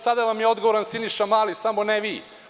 Sada vam je odgovoran Siniša Mali, samo ne vi.